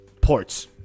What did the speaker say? ports